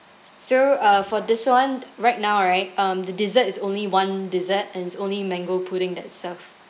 so uh for this one right now right um the dessert is only one dessert and it's only mango pudding that is served